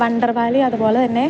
Wonder Valley അതുപോലെതന്നെ